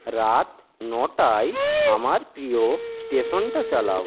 রাত নটায় আমার প্রিয় স্টেশনটা চালাও